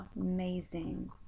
amazing